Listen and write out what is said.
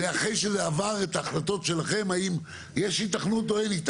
זה אחרי שזה עבר את ההחלטות שלכם האם יש היתכנות או אין היתכנות.